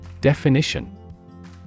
Definition